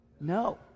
No